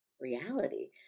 reality